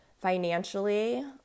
financially